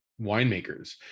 winemakers